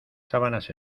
sábanas